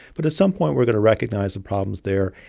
but at some point, we're going to recognize the problem's there,